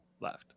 left